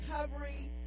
recovery